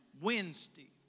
Wednesday